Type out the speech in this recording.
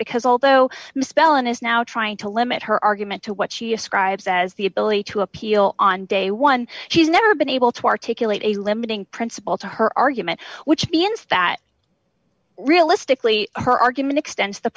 because although misspelling is now trying to limit her argument to what she describes as the ability to appeal on day one she's never been able to articulate a limiting principle to her argument which means that realistically her argument extends the